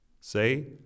Say